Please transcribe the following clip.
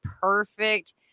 perfect